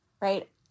Right